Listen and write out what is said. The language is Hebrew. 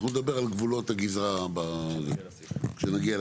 אנחנו נדבר על גבולות הגזרה כשנגיע לסעיף.